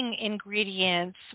ingredients